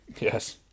Yes